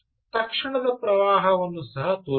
ತಕ್ಷಣದ ಪ್ರವಾಹವನ್ನು ಸಹ ತೋರಿಸಿದೆ